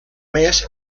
més